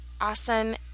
awesome